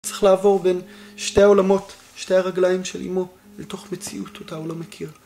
צריך לעבור בין שתי העולמות, שתי הרגליים של אימו, לתוך מציאות, אותה הוא לא מכיר.